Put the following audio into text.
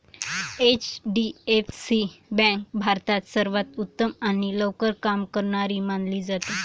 HDFC bank भारतात सर्वांत उत्तम आणि लवकर काम करणारी मानली जाते